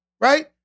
Right